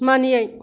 मानियै